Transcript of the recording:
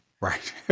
Right